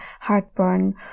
heartburn